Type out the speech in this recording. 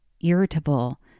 irritable